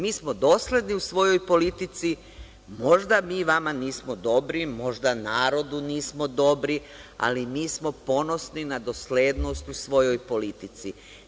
Mi smo dosledni u svojoj politici, možda mi vama nismo dobri, možda narodu nismo dobri, ali mi smo ponosni na doslednost u svojoj politici.